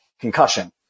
concussion